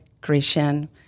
Christian